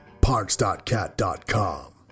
Parks.cat.com